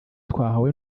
twahawe